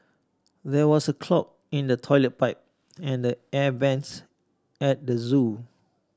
there was a clog in the toilet pipe and the air vents at the zoo